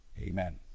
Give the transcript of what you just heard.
Amen